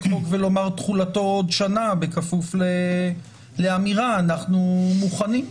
חוק ולומר שתחולתו עוד שנה בכפוף לאמירה שאתם מוכנים.